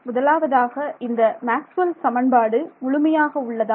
முதலாவதாக இந்த மேக்ஸ்வெல் சமன்பாட்டை சமன்பாடு முழுமையாக உள்ளதா